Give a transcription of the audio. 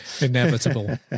inevitable